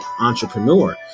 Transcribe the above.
entrepreneur